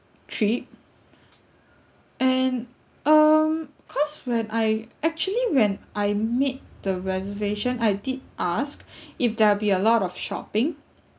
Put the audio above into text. trip and um because when I actually when I made the reservation I did ask if there'll be a lot of shopping